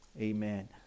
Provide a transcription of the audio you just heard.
amen